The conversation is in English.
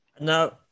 Now